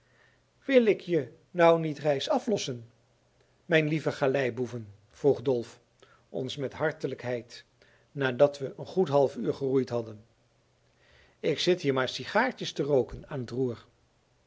wil ik je nou niet reis aflossen men lieve galeiboeven vroeg dolf ons met hartelijkheid nadat we een goed half uur geroeid hadden ik zit hier maar sigaartjes te rooken aan t roer